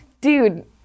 dude